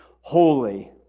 holy